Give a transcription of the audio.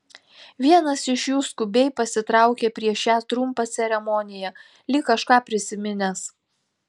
vienas iš jų skubiai pasitraukė prieš šią trumpą ceremoniją lyg kažką prisiminęs